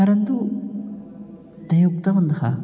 परन्तु ते उक्तवन्तः